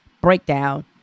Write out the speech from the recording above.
breakdown